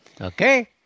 Okay